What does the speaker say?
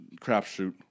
crapshoot